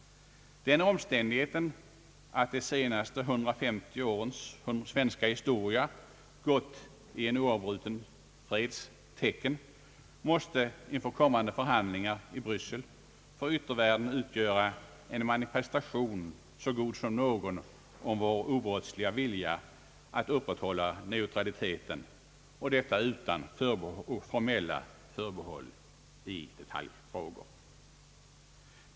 Den omständigheten att de senaste 150 årens svenska historia gått i en oavbruten freds tecken måste inför kommande förhandlingar i Bryssel för yttervärlden utgöra en manifestation så god som någon av vår obrottsliga vilja att upprätthålla neutraliteten utan formella förbehåll i detaljfrågor.